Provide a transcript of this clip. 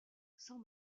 sans